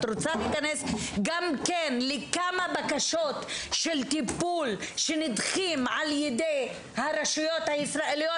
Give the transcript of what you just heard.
את רוצה להיכנס גם לכמה בקשות של טיפול נדחות על ידי הרשויות הישראליות,